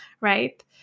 right